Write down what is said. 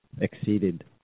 exceeded